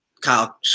kyle